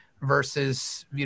versus